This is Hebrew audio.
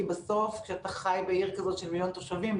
כי בסוף כשאתה חי בעיר כזאת של מיליון תושבים,